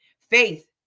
Faith